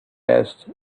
asked